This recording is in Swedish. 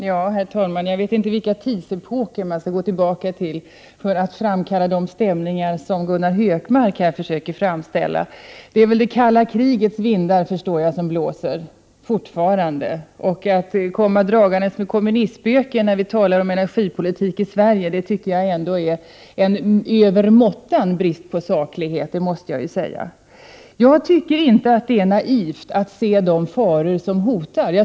Herr talman! Jag vet inte vilka tidsepoker som man skall gå tillbaka till för att framkalla de stämningar som Gunnar Hökmark försöker teckna. Det är väl det kalla krigets vindar som fortfarande blåser. Att komma dragandes Prot. 1988/89:119 med kommunistspöket när vi talar om energipolitik i Sverige tycker jag ändå 23 maj 1989 är en över måttan stor brist på saklighet. Jag tycker inte att det är naivt att se de faror som hotar.